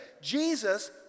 Jesus